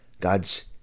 God's